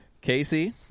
Casey